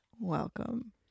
Welcome